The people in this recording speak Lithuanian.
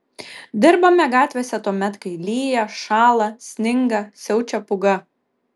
dirbame gatvėse tuomet kai lyja šąla sninga siaučia pūga